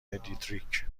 دیتریک